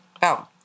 go